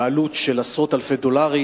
בעלות של עשרות אלפי דולרים,